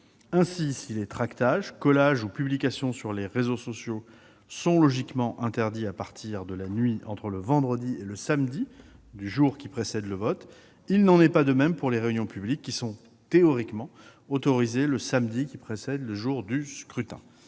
Ainsi, si les tractages, collages ou publications sur les réseaux sociaux sont logiquement interdits à partir de la nuit entre le vendredi et le samedi du jour qui précède le vote, il n'en est pas de même pour les réunions publiques qui sont théoriquement autorisées le samedi qui précède le jour du scrutin.